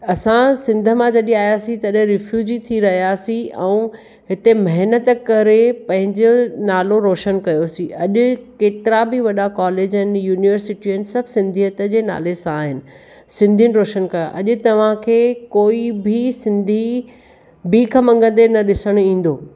असां सिंध मां जॾहिं आहियांसीं तॾहिं रिफ्यूजी थी रहियासीं ऐं हिते महिनत करे पंहिंजे नालो रोशन कयोसीं अॼु केतिरा बि वॾा कॉलेजनि युनीवर्सिटियुनि सभु सिंधियत जे नाले सां आहिनि सिंधियुनि रोशन कयां अॼु तव्हांखे कोई बि सिंधी भीख मङिदे न ॾिसण ईंदो